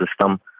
system